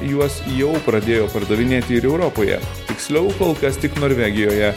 juos jau pradėjo pardavinėti ir europoje tiksliau kol kas tik norvegijoje